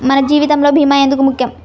మన జీవితములో భీమా ఎందుకు ముఖ్యం?